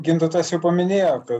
gintautas jau paminėjo kad